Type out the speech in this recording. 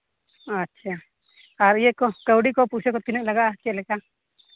ᱟᱪᱪᱷᱟ ᱟᱨ ᱤᱭᱟᱹ ᱠᱚ ᱠᱟᱹᱣᱰᱤ ᱠᱚ ᱯᱩᱭᱥᱟᱹ ᱠᱚ ᱛᱤᱱᱟᱹᱜ ᱞᱟᱜᱟᱜᱼᱟ ᱪᱮᱫ ᱞᱮᱠᱟ